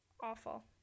awful